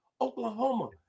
Oklahoma